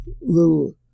little